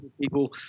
people